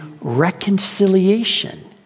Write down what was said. reconciliation